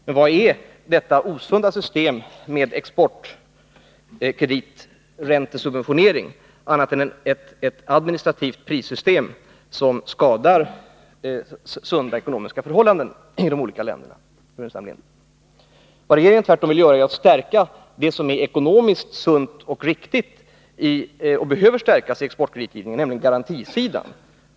Men vad är detta osunda system med exportkrediträntesubventionering annat än ett administrativt prissystem, som skadar sunda ekonomiska förhållanden i de olika länderna, herr Burenstam Linder? Vad regeringen tvärtom vill göra är att stärka det som är ekonomiskt sunt och riktigt och som behöver stärkas i exportkreditgivningen, nämligen garantisidan.